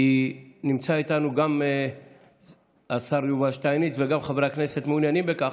כי נמצא איתנו גם השר יובל שטייניץ וגם חברי הכנסת מעוניינים בכך.